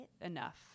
enough